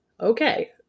Okay